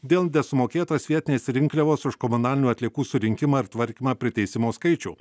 dėl nesumokėtos vietinės rinkliavos už komunalinių atliekų surinkimą ir tvarkymą priteisimo skaičių